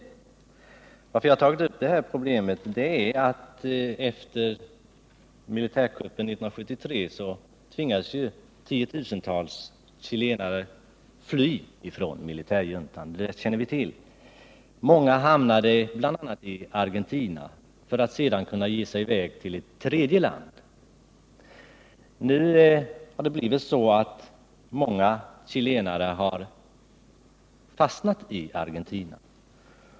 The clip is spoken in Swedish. Anledningen till att jag har tagit upp det här problemet är att tiotusentals chilenare tvingades fly undan militärjuntan efter militärkuppen 1973. Det känner vi alla till. Många hamnade i bl.a. Argentina, varifrån de sedan försöker åka vidare till ett tredje land. Nu har många chilenare fastnat i Argentina.